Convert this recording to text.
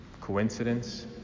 Coincidence